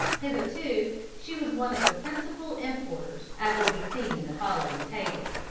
hitherto she was one of the principal importers, as will be seen in the following table